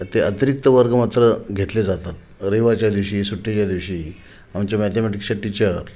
ते अतिरिक्त वर्ग मात्र घेतले जातात रविवारच्या दिवशी सुट्टीच्या दिवशी आमच्या मॅथेमॅटिक्सच्या टीचर